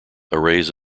arrays